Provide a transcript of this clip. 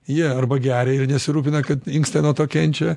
jie arba geria ir nesirūpina kad inkstai nuo to kenčia